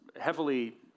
heavily